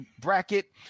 bracket